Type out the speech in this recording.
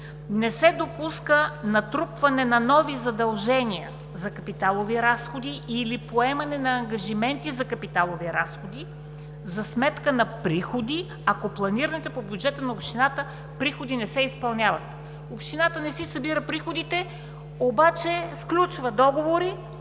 „Не се допуска натрупване на нови задължения за капиталови разходи или поемане на ангажименти за капиталови разходи за сметка на приходи, ако планираните по бюджета на общината приходи не се изпълняват.“ Общината не си събира приходите, обаче сключва договори